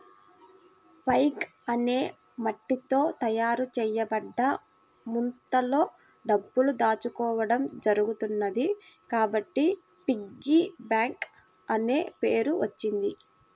pig అనే మట్టితో తయారు చేయబడ్డ ముంతలో డబ్బులు దాచుకోవడం జరుగుతున్నది కాబట్టి పిగ్గీ బ్యాంక్ అనే పేరు వచ్చింది